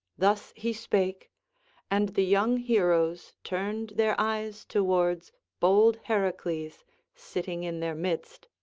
thus he spake and the young heroes turned their eyes towards bold heracles sitting in their midst,